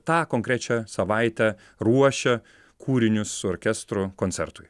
tą konkrečią savaitę ruošia kūrinius orkestro koncertui